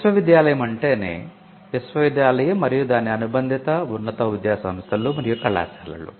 విశ్వవిద్యాలయం అంటేనే విశ్వవిద్యాలయం మరియు దాని అనుబంధిత ఉన్నత విద్యాసంస్థలు మరియు కళాశాలలు